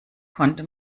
konnte